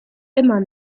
immer